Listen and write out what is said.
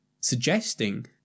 suggesting